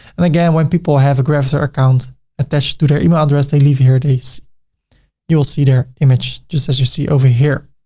and again, when people have a gravatar account attached to their email address, they leave here this. you'll see their image just as you see over here.